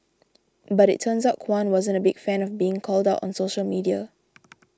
but it turns out Kwan wasn't a big fan of being called out on social media